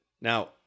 now